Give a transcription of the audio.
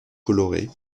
colorés